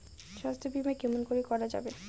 স্বাস্থ্য বিমা কেমন করি করা যাবে?